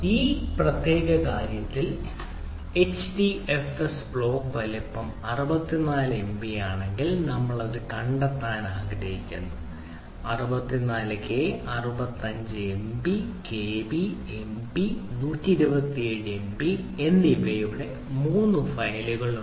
ഈ പ്രത്യേക കാര്യത്തിൽ എച്ച്ഡിഎഫ്എസ് ബ്ലോക്ക് വലുപ്പം 64 എംബി ആണെങ്കിൽ നമ്മൾ അത് കണ്ടെത്താൻ ആഗ്രഹിക്കുന്നു 64 K 65 MB KB MB 127 MB എന്നിവയുടെ മൂന്ന് ഫയലുകൾ ഉണ്ട്